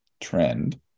trend